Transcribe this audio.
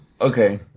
Okay